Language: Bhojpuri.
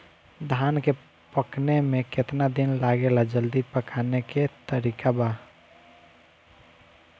धान के पकने में केतना दिन लागेला जल्दी पकाने के तरीका बा?